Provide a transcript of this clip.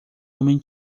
homem